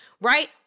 right